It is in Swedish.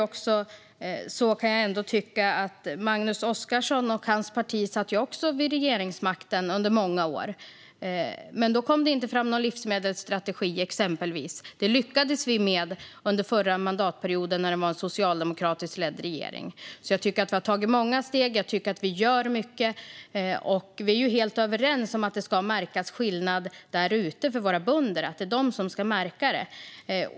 Magnus Oscarsson och hans parti satt vid regeringsmakten under många år, men då kom det exempelvis inte fram någon livsmedelsstrategi. Det lyckades vi med under förra mandatperioden, när det var en socialdemokratiskt ledd regering. Jag tycker att vi har tagit många steg, och jag tycker att vi gör mycket. Vi är helt överens om att det ska märkas skillnad där ute för våra bönder. Det är de som ska märka det.